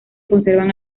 conservan